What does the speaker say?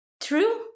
true